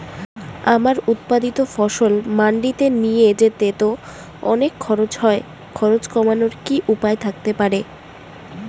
আমার উৎপাদিত ফসল মান্ডিতে নিয়ে যেতে তো অনেক খরচ হয় খরচ কমানোর কি উপায় থাকতে পারে?